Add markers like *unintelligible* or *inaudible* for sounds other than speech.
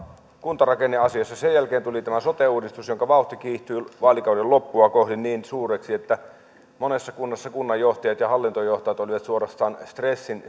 kuntarakenneasiassa sen jälkeen tuli tämä sote uudistus jonka vauhti kiihtyi vaalikauden loppua kohden niin suureksi että monessa kunnassa kunnanjohtajat ja hallintojohtajat olivat suorastaan stressiin *unintelligible*